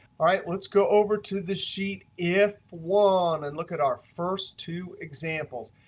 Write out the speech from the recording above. all right, let's go over to the sheet if one and look at our first two examples.